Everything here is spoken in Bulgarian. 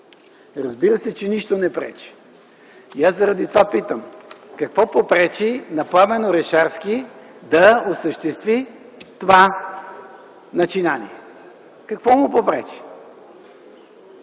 разбира се, че нищо не пречи. И аз заради това питам: какво попречи на Пламен Орешарски да осъществи това начинание? Какво му попречи,